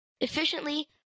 efficiently